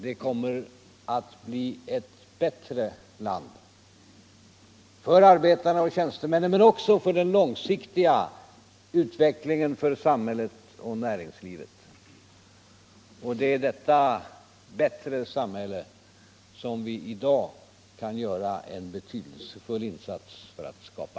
Det kommer att bli ett bättre land för arbetarna och tjänstemännen, men reformen kommer också att bli till fördel för den långsiktiga utvecklingen i samhället och näringslivet. Det är detta bättre samhälle som vi i dag kan göra en betydelsefull insats för att skapa.